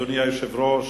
אדוני היושב-ראש,